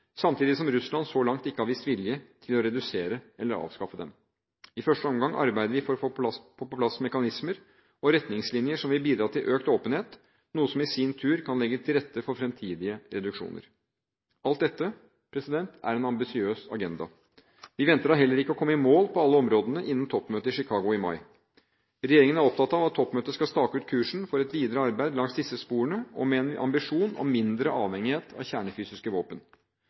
samtidig som Russland så langt ikke har vist vilje til å redusere eller avskaffe dem. I første omgang arbeider vi for å få på plass mekanismer og retningslinjer som vil bidra til økt åpenhet, noe som i sin tur kan legge til rette for fremtidige reduksjoner. Alt dette er en ambisiøs agenda. Vi venter da heller ikke å komme i mål på alle områdene innen toppmøtet i Chicago i mai. Regjeringen er opptatt av at toppmøtet skal stake ut kursen for et videre arbeid langs disse sporene og med en ambisjon om mindre avhengighet av kjernefysiske våpen.